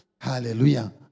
Hallelujah